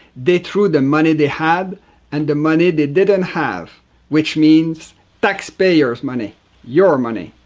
they threw the money they had and the money they didn't have which means taxpayers' money your money.